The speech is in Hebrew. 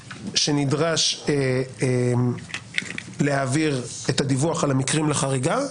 נדרש להעביר את הדיווח על המקרים לחריגה,